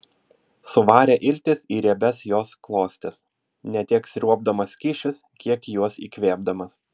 suvarė iltis į riebias jos klostes ne tiek sriuobdamas skysčius kiek juos įkvėpdamas